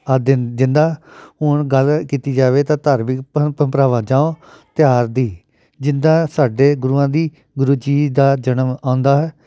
ਆਹ ਜਿੰਦਾ ਹੁਣ ਗੱਲ ਕੀਤੀ ਜਾਵੇ ਤਾਂ ਧਾਰਮਿਕ ਪ੍ਰੰਪਰਾਵਾਂ ਜਾ ਤਿਉਹਾਰ ਦੀ ਜਿੱਦਾਂ ਸਾਡੇ ਗੁਰੂਆਂ ਦੀ ਗੁਰੂ ਜੀ ਦਾ ਜਨਮ ਆਉਂਦਾ ਹੈ